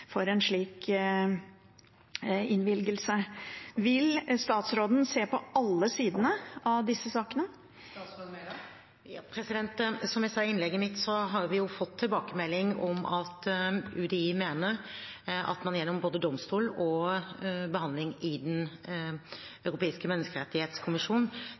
for en slik innvilgelse. Vil statsråden se på alle sidene av disse sakene? Som jeg sa i innlegget mitt, har vi fått tilbakemelding om at UDI mener at man gjennom både domstol og behandling i Den